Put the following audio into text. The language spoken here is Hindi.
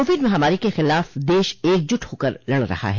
कोविड महामारी के खिलाफ देश एकजुट होकर लड़ रहा है